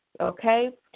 okay